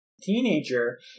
teenager